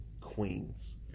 Queens